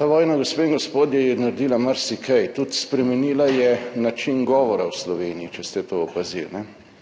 Ta vojna, gospe in gospodje, je naredila marsikaj, tudi spremenila je način govora v Sloveniji, če ste to opazili.